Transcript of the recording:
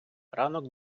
ранок